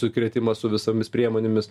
sukrėtimas su visomis priemonėmis